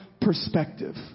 perspective